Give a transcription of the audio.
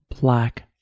Black